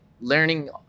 Learning